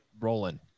rolling